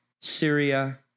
Syria